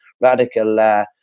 radical